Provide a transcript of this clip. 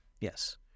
Yes